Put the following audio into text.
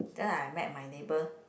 just now I met my neighbour